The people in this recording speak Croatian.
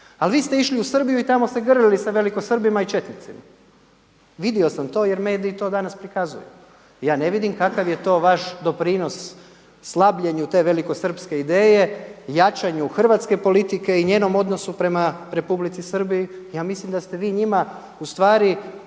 Ali vi ste išli u Srbiju i tamo se grlili sa velikosrbima i četnicima. Vidio sam to jer mediji to danas prikazuju. Ja ne vidim kakav je to vaš doprinos slabljenju te velikosrpske ideje, jačanju hrvatske politike i njenom odnosu prema Republici Srbiji. Ja mislim da ste vi njima ustvari